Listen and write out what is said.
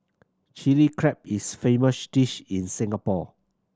Chilli Crab is a famous dish in Singapore